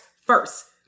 first